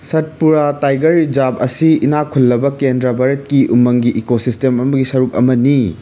Satpura tiger reserve ꯑꯁꯤ ꯏꯅꯥꯛ ꯈꯨꯜꯂꯕ ꯀꯦꯟꯗ꯭ꯔ ꯚꯥꯔꯠꯀꯤ ꯎꯃꯪꯒꯤ ꯏꯀꯣꯁꯤꯁꯇꯦꯝ ꯑꯃꯒꯤ ꯁꯔꯨꯛ ꯑꯃꯅꯤ